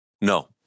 No